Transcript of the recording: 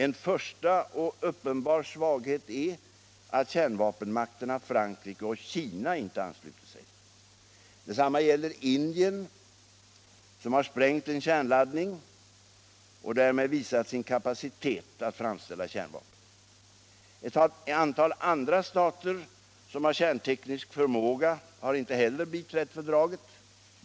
En första och uppenbar svaghet är att kärnvapenmakterna Frankrike och Kina inte anslutit sig. Detsamma gäller Indien, som har sprängt en kärnladdning och därmed visat sin kapacitet att framställa kärnvapen. Ett antal andra stater, som har kärnteknisk förmåga, har inte heller biträtt fördraget.